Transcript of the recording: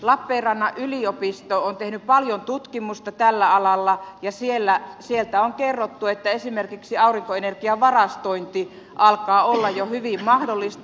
lappeenrannan yliopisto on tehnyt paljon tutkimusta tällä alalla ja sieltä on kerrottu että esimerkiksi aurinkoenergian varastointi alkaa olla jo hyvin mahdollista